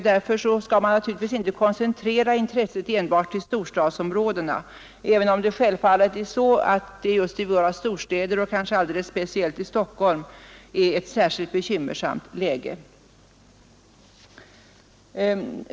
Därför skall man väl inte koncentrera intresset enbart till storstadsområdena, även om givetvis just våra storstäder — och kanske speciellt Stockholm — är i ett särskilt bekymmersamt läge.